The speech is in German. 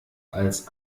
als